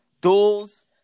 duels